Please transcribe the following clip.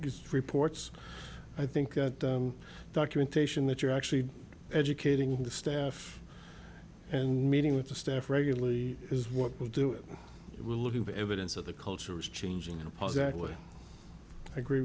just reports i think that documentation that you're actually educating the staff and meeting with the staff regularly is what we're doing we're looking for evidence of the culture is changing in a positive way i agree